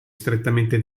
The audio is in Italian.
strettamente